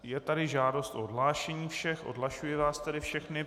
Je tady žádost o odhlášení všech, odhlašuji vás tedy všechny.